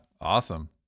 awesome